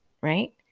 right